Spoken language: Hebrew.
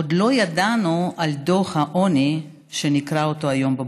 עוד לא ידענו על דוח העוני שקראנו היום בבוקר.